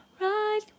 right